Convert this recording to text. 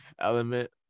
element